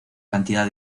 cantidad